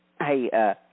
hey